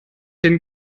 den